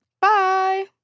Bye